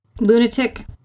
lunatic